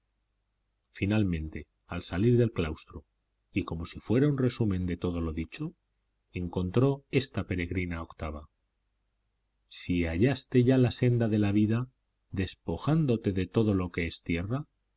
finalmente al salir del claustro y como si fuera un resumen de todo lo dicho encontró esta peregrina octava iii en esto se hizo de noche juan quiso abandonar el